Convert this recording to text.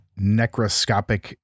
necroscopic